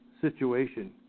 situation